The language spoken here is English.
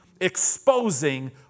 Exposing